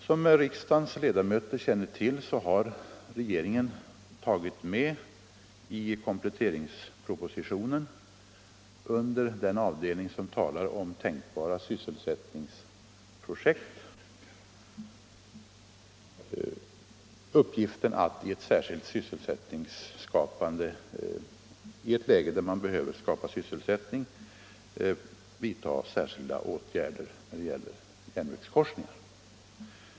Som riksdagens ledamöter känner till har regeringen tagit med i kompletteringspropositionen, under den avdelning som talar om tänkbara sysselsättningsprojekt, uppgiften att i ett läge där vi behöver skapa sysselsättning vidta särskilda åtgärder när det gäller järnvägskorsningar.